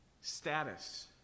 status